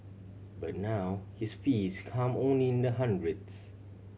but now his fees come only in the hundreds